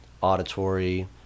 auditory